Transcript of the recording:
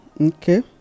Okay